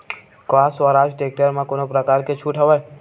का स्वराज टेक्टर म कोनो प्रकार के छूट हवय?